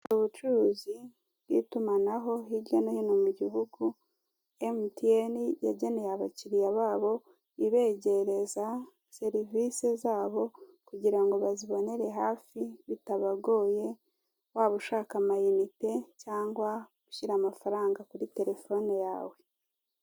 Ubucuruzi bw'itumanaho hirya no hino mu gihugu emutiyene yageneye abakiriya babo ibegereza serivise zabo kugira ngo bazibonere hafi bitabagoye waba ushaka amayinite cyangwa gushyira amafaranga kuri terefone yawe.